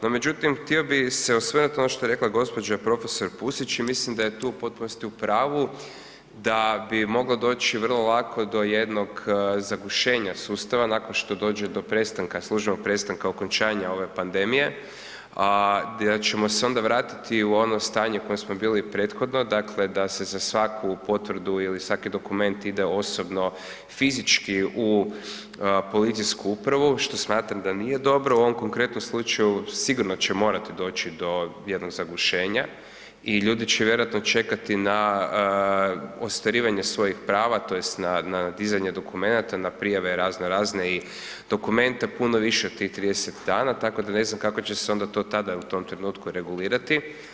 No međutim htio bi se osvrnuti, ono što je rekla gđa. prof. Pusić i mislim da je tu u potpunosti u pravu, da bi moglo doći vrlo lako do jednog zagušenja sustava nakon što dođe do prestanka, službenog prestanka okončanja ove pandemije a gdje ćemo se onda vratiti u ono stanje u kojem smo bili prethodno, dakle da se za svaku potvrdu ili svaki dokument ide osobno fizički u policijsku upravu, što smatram da nije dobro, u ovom konkretnom slučaju, sigurno će morati doći do jednog zagušenja i ljudi će vjerovatno čekati na ostvarivanje svojih prava tj. na dizanje dokumenata, na prijave raznorazne i dokumenta puno više od tih 30 dana tako da ne znam kako će se onda to tada u tom trenutku regulirati.